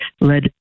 led